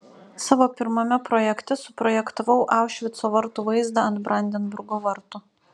savo pirmame projekte suprojektavau aušvico vartų vaizdą ant brandenburgo vartų